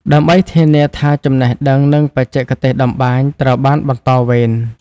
ដើម្បីធានាថាចំណេះដឹង និងបច្ចេកទេសតម្បាញត្រូវបានបន្តវេន។